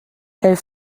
elles